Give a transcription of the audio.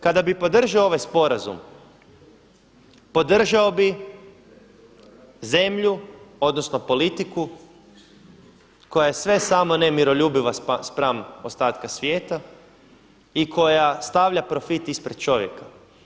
Kada bi podržao ovaj sporazum, podržao bih zemlju, odnosno politiku koja je sve samo ne miroljubiva spram ostatka svijeta i koja stavlja profit ispred čovjeka.